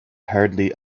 hardly